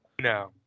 No